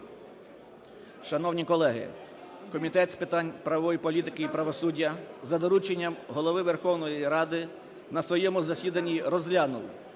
Шановні колеги, Комітет з питань правової політики і правосуддя за дорученням Голови Верховної Ради на своєму засіданні розглянув